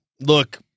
look